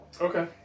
Okay